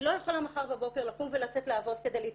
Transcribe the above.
היא לא יכולה מחר בבוקר לקום ולצאת לעבוד כדי להתפרנס,